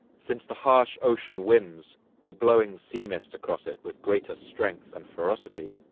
since the harsh ocean winds were blowing sea mist across it with greatest strength and ferocity.